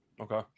Okay